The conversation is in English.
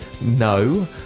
No